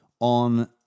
on